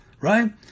right